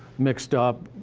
mixed up,